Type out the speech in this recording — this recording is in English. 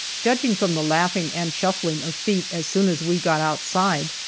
judging from the laughing and shuffling of feet as soon as we got outside,